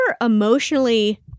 emotionally